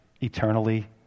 eternally